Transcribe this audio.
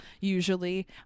usually